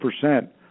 percent